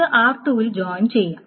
ഇത് r2 ൽ join ചെയ്യാം